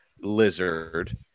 lizard